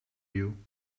you